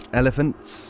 elephants